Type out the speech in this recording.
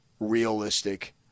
Realistic